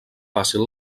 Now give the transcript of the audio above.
fàcil